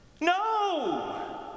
No